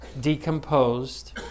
decomposed